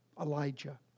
Elijah